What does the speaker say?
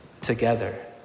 together